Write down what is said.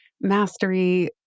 mastery